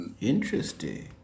Interesting